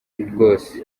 rwose